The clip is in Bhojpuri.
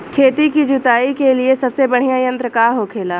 खेत की जुताई के लिए सबसे बढ़ियां यंत्र का होखेला?